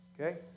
okay